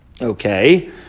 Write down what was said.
Okay